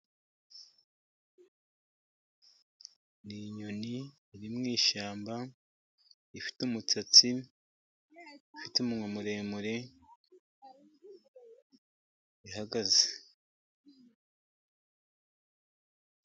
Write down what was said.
Inyoni iri mu ishyamba ifite umusatsi, ifite umunwa muremure ihagaze.